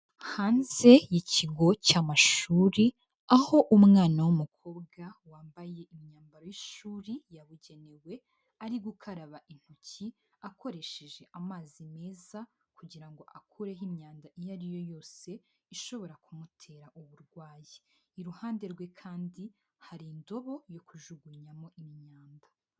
Hanze y'Ikigo cy'amashuri aho umwana w'umukobwa wambaye imyambaro y'ishuri yabugenewe ari gukaraba intoki, akoresheje amazi meza kugira ngo akureho imyanda iyo ari yo yose ishobora kumutera uburwayi. Iruhande rwe kandi hari indobo yo kujugunyamo imyanda.